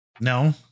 No